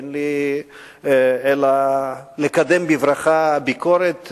ואין לי אלא לקדם בברכה ביקורת,